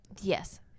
Yes